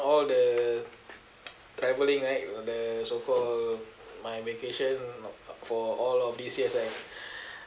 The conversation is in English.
all the traveling right the so called my vacation for all of these years I